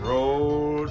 Roll